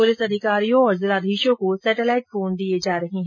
police अधिकारियों और जिलाधीशों को सेटलाइट फोन दिए जा रहे हैं